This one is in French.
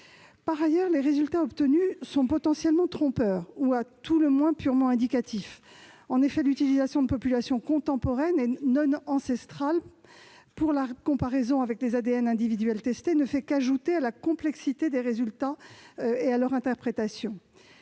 Par ailleurs, les résultats obtenus sont potentiellement trompeurs, à tout le moins purement indicatifs. En effet, l'utilisation de populations contemporaines et non ancestrales pour la comparaison avec les ADN individuels testés ne fait qu'ajouter à la complexité des résultats et à leur interprétation.